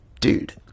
Dude